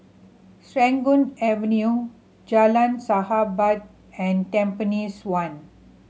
Serangoon Avenue Jalan Sahabat and Tampines One